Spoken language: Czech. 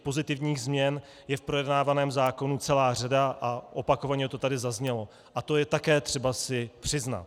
Pozitivních změn je v projednávaném zákonu celá řada, opakovaně to tady zaznělo, a to je také třeba si přiznat.